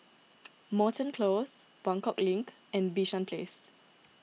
Moreton Close Buangkok Link and Bishan Place